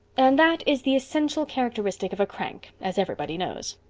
and that is the essential characteristic of a crank, as everybody knows.